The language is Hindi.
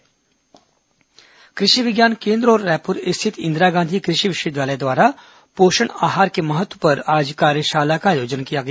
कृषि विवि कार्यशाला कृषि विज्ञान केन्द्र और रायपुर स्थित इंदिरा गांधी कृषि विश्वविद्यालय द्वारा पोषण आहार के महत्व पर आज कार्यशाला का आयोजन किया गया